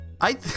I-